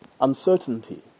uncertainty